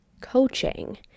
coaching